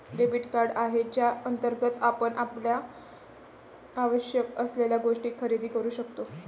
debit card आहे ज्याअंतर्गत आपण आपल्याला आवश्यक असलेल्या गोष्टी खरेदी करू शकतो